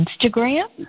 Instagram